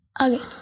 Okay